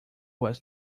was